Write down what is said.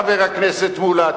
חבר הכנסת מולה.